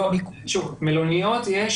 לא, מלוניות יש